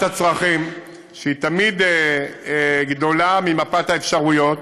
הצרכים שהיא תמיד גדולה ממפת האפשרויות.